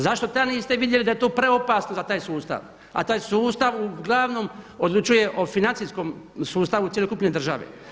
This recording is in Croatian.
Zašto tad niste vidjeli da je to preopasno za taj sustav, a taj sustav uglavnom odlučuje o financijskom sustavu cjelokupne države?